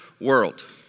world